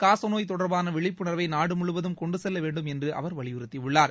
காசநோய் தொடர்பான விழிப்புணர்வை நாடு முழுவதும் கொண்டு செல்ல வேண்டும் என்று அவர் வலியுறுத்தியுள்ளார்